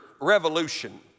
revolution